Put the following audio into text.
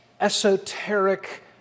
esoteric